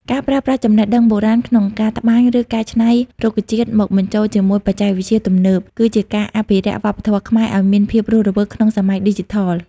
ការប្រើប្រាស់ចំណេះដឹងបុរាណក្នុងការត្បាញ ឬកែច្នៃរុក្ខជាតិមកបញ្ចូលជាមួយបច្ចេកវិទ្យាទំនើប គឺជាការអភិរក្សវប្បធម៌ខ្មែរឱ្យមានភាពរស់រវើកក្នុងសម័យឌីជីថល។